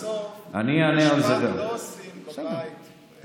בסוף בסוף משפט לא עושים בבית.